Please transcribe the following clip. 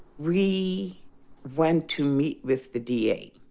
we went to meet with the da.